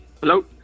Hello